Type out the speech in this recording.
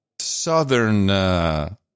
southern